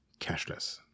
cashless